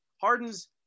Harden's